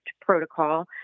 protocol